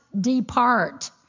depart